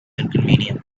inconvenience